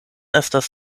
estas